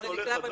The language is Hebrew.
זה ידוע,